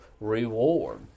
reward